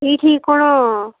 ଏଇଠି କ'ଣ